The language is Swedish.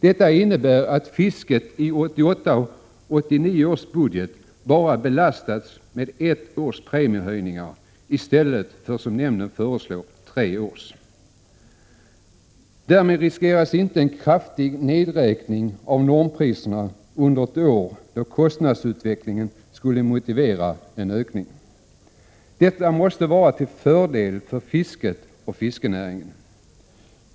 Detta innebär att fisket i 1988/89 års budget bara belastas med ett års premiehöjningar, i stället för som nämnden föreslår tre års höjningar. Därmed riskeras inte en kraftig nedräkning av normpriserna under ett år då kostnadsutvecklingen skulle motivera en ökning. Detta måste vara till fördel för fisket och fiskenäringen.